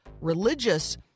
religious